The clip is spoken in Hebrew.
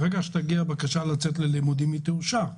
כשתגיע בקשה לצאת ללימודים היא תאושר.